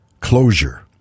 closure